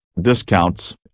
discounts